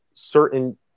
certain